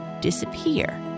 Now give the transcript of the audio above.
disappear